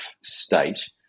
state